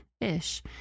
ish